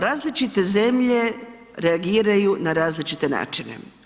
Različite zemlje reagiraju na različite načine.